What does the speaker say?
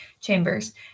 chambers